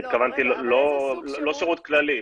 אני התכוונתי לא לשירות כללי.